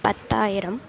பத்தாயிரம்